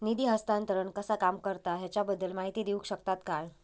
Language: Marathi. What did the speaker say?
निधी हस्तांतरण कसा काम करता ह्याच्या बद्दल माहिती दिउक शकतात काय?